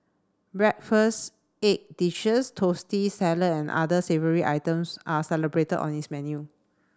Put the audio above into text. breakfast egg dishes toasties salad and other savoury items are celebrated on its menu